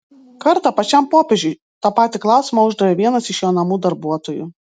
kartą pačiam popiežiui tą patį klausimą uždavė vienas iš jo namų darbuotojų